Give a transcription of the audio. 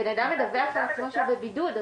מדווח על עצמו שהוא בבידוד,